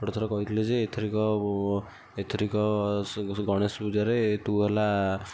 ଗୋଟେ ଥର କହିଥିଲେ ଯେ ଏଥରିକ ଏଥରିକ ସ ଗଣେଶ ପୂଜାରେ ତୁ ହେଲା